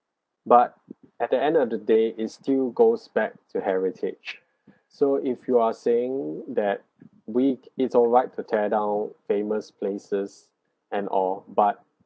but at the end of the day it still goes back to heritage so if you are saying that we it's alright to tear down famous places and all but